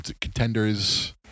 contenders